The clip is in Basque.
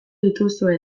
dituzue